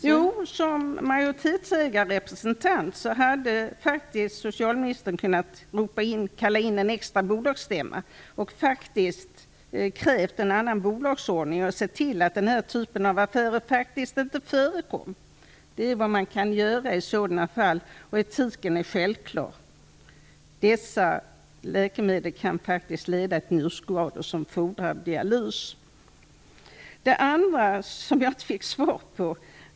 Fru talman! Som majoritetsägarrepresentant hade faktiskt socialministern kunnat kalla till en extra bolagsstämma, kräva en annan bolagsordning och se till att den här typen av affärer inte kan förekomma. Det är vad man kan göra i sådana fall, och etiken är självklar. Dessa läkemedel kan faktiskt leda till njurskador som fordrar dialys. Den andra frågan fick jag inget svar på.